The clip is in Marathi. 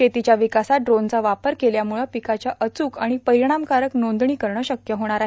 शेतीच्या विकासात ड्रोनचा वापर केल्यामुळे पिकाच्या अचुक आर्माण परिणामकारक नोंदो करण शक्य होणार आहे